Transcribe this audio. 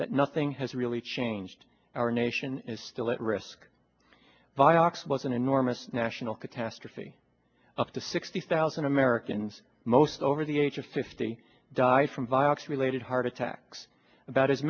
that nothing has really changed our nation is still at risk vioxx was an enormous national catastrophe up to sixty thousand americans most over the age of fifty die from vioxx related heart attacks about as